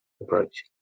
approach